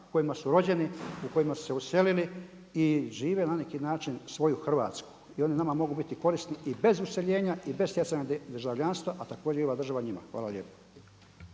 kojima su rođeni, u kojima su se uselili i žive na neki način svoju Hrvatsku. I oni nama mogu biti korisni i bez useljenja i bez stjecanja državljanstva, a također i ova država njima. Hvala lijepa.